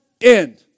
end